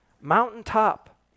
Mountaintop